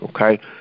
Okay